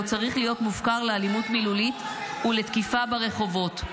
לא צריך להיות מופקר לאלימות מילולית ולתקיפה ברחובות.